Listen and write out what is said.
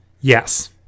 Yes